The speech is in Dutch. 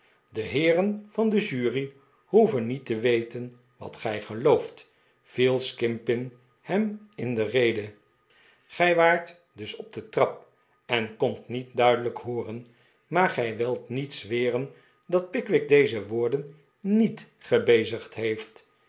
de heeren van de jury behoeven niet te weten wat gij geloof t viel skimpin'hem in de rede gij waart dus op de trap en kondt niet duidelijk hooren maar gij wilt niet zweren dat pickwick deze woorderi niet gebezigd heeft